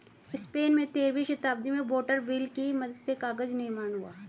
Spain में तेरहवीं शताब्दी में वाटर व्हील की मदद से कागज निर्माण हुआ